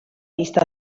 vista